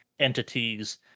entities